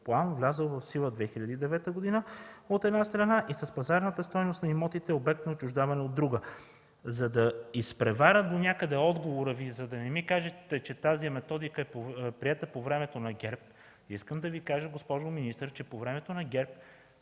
план, влязъл в сила през 2009 г., от една страна, и с пазарната стойност на имотите, обект на отчуждаване, от друга? За да изпреваря донякъде Вашия отговор, да не ми кажете, че тази методика е приета по времето на ГЕРБ, ще Ви кажа, госпожо министър, че по времето на ГЕРБ